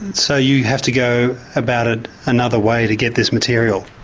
and so you have to go about it another way to get this material?